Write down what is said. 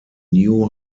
new